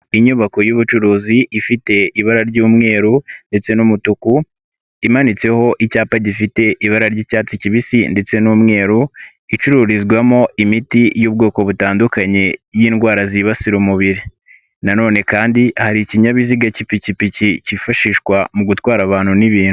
Inyubako y'ubucuruzi ifite ibara ry'umweru ndetse n'umutuku, imanitseho icyapa gifite ibara ry'icyatsi kibisi ndetse n'umweru, icururizwamo imiti y'ubwoko butandukanye y'indwara zibasira umubiri. Nanone kandi hari ikinyabiziga cy'ipikipiki cyifashishwa mu gutwara abantu n'ibintu.